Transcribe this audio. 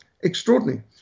Extraordinary